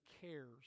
cares